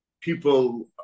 people